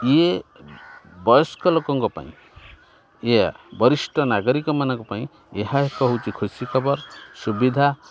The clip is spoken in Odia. ଇଏ ବୟସ୍କ ଲୋକଙ୍କ ପାଇଁ ଏହା ବରିଷ୍ଠ ନାଗରିକମାନଙ୍କ ପାଇଁ ଏହା ଏକ ହେଉଛି ଖୁସି ଖବର ସୁବିଧା